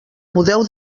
podeu